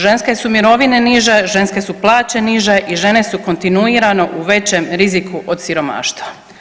Ženske su mirovine niže, ženske su plaće niže i žene su kontinuirano u većem riziku od siromaštva.